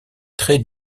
traits